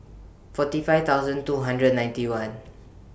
forty five thousand two hundred ninety one